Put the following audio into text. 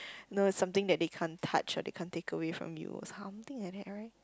no is something that they can't touch or they can't take away from you or something like that right